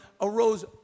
arose